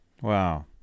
Wow